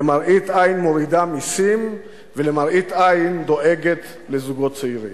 למראית עין מורידה מסים ולמראית עין דואגת לזוגות צעירים.